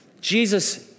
Jesus